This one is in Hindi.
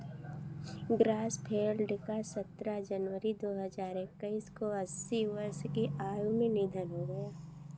ग्रॉसफेल्ड का सत्रह जनवरी दो हज़ार एक्कीस को अस्सी वर्ष की आयु में निधन हो गया